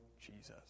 Jesus